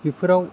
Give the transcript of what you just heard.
बेफोराव